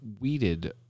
weeded